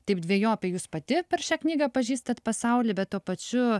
taip dvejopai jūs pati per šią knygą pažįstat pasaulį bet tuo pačiu